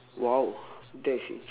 !wow! that is interesting